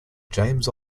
james